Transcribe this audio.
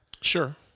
Sure